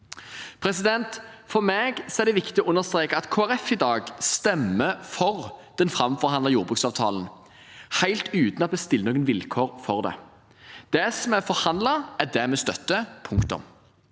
framover. For meg er det viktig å understreke at Kristelig Folkeparti i dag stemmer for den framforhandlede jordbruksavtalen, helt uten at vi stiller noen vilkår for det. Det som er forhandlet, er det vi støtter – punktum.